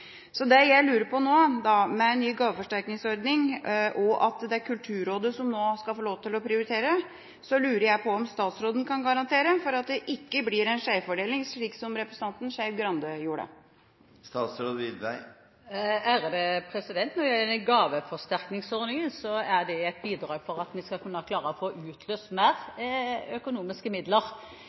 Så det jeg lurer på nå – med en ny gaveforsterkningsordning og når det er Kulturrådet som nå skal få lov til å prioritere – er om statsråden kan garantere at det ikke blir en skjevfordeling, slik representanten Skei Grande gjorde. Når det gjelder gaveforsterkningsordningen, er det et bidrag for at vi skal kunne klare å få utløst mer økonomiske midler